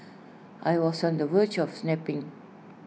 I was on the verge of snapping